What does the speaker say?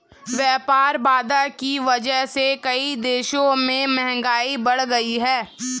व्यापार बाधा की वजह से कई देशों में महंगाई बढ़ गयी है